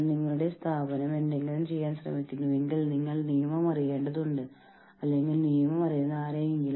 ആളുകൾക്ക് പ്രശ്നങ്ങൾ ഉണ്ടാകുമ്പോൾ സമാന പ്രശ്നങ്ങൾ ഉള്ളവർ കൂടുതലാണെങ്കിൽ നമുക്ക് അവ തരം തിരിക്കാം